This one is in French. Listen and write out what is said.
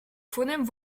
phonèmes